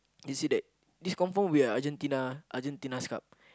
you see that this will be confirm Argentina Argentina's cup